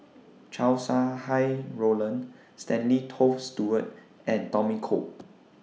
Chow Sau Hai Roland Stanley Toft Stewart and Tommy Koh